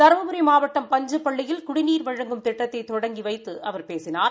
தருமபுரி மாவட்டம் பஞ்சப்பள்ளியில் குடிநீா வழங்கும் திட்டத்தை தெடங்கி வைத்து அவா பேசினார்